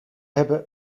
hebben